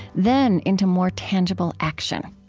then into more tangible action.